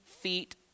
feet